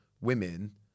women